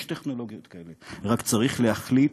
יש טכנולוגיות כאלה, רק צריך להחליט.